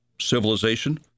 civilization